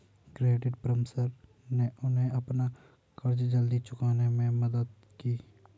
credit परामर्श ने उन्हें अपना कर्ज जल्दी चुकाने में मदद की